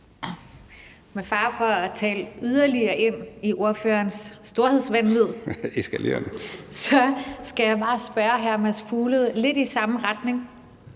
Med fare for at tale yderligere ind i ordførerens storhedsvanvid skal jeg bare spørge hr. Mads Fuglede om noget lidt i samme retning,